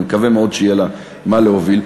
אני מקווה מאוד שיהיה לה מה להוביל,